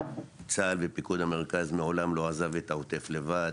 צה"ל ופיקוד המרכז מעולם לא עזב את העוטף לבד,